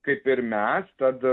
kaip ir mes tad